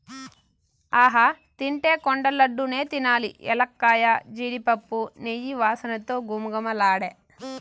ఆహా తింటే కొండ లడ్డూ నే తినాలి ఎలక్కాయ, జీడిపప్పు, నెయ్యి వాసనతో ఘుమఘుమలాడే